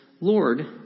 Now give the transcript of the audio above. Lord